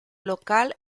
local